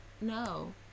no